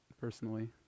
personally